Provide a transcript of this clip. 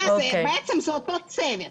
זה בעצם אותו צוות.